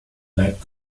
bleibt